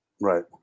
right